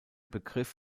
begriff